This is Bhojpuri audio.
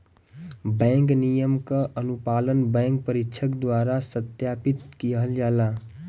बैंक नियम क अनुपालन बैंक परीक्षक द्वारा सत्यापित किहल जाला